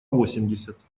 восемьдесят